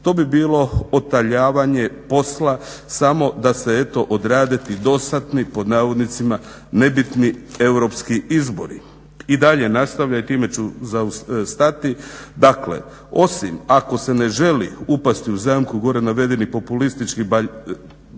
to bi bilo odaljavanje posla samo da se eto odrade ti dosadni, pod navodnicima "nebitni" europski izbori." I dalje nastavlja i time ću stati, dakle "Osim ako se ne želi upasti u zamku gore navedenih populističkih